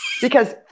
because-